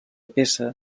peça